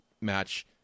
match